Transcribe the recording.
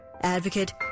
advocate